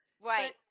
Right